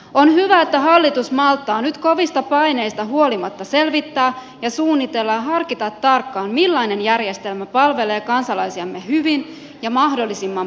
on hyvä että hallitus malttaa nyt kovista paineista huolimatta selvittää ja suunnitella ja harkita tarkkaan millainen järjestelmä palvelee kansalaisiamme hyvin ja mahdollisimman pitkään